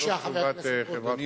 בבקשה, חבר הכנסת רותם.